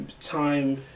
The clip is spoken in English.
time